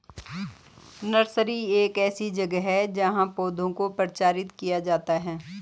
nursery एक ऐसी जगह है जहां पौधों को प्रचारित किया जाता है